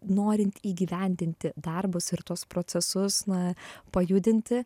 norint įgyvendinti darbus ir tuos procesus na pajudinti